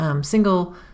single